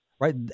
Right